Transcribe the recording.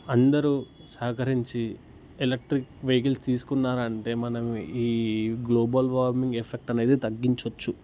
అందరూ సహకరించి electric vehicle తీసుకున్నారంటే మనమీ ఈ గ్లోబల్ వామింగ్ ఎఫెక్ట్ అనేది తగ్గించవచ్చు